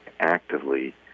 actively